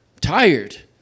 Tired